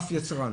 אף יצרן,